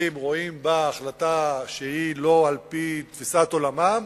רואים בה החלטה שהיא לא על-פי תפיסת עולמם,